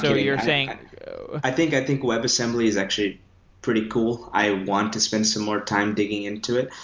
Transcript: ah you're saying i think i think web assembly is actually pretty cool. i want to spend some more time digging into it,